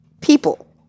people